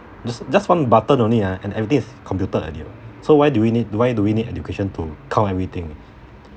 just just one button only ah and everything is computed already you know so why do we need do why do we need education to count everything